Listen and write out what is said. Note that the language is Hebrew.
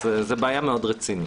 אז זאת בעיה מאוד רצינית.